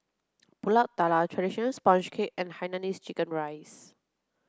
Pulut Tatal traditional sponge cake and Hainanese chicken rice